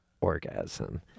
orgasm